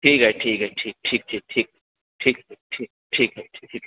ठीक है ठीक है ठीक ठीक ठीक ठीक ठीक ठीक है